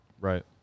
Right